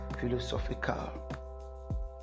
philosophical